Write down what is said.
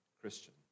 Christian